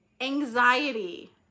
anxiety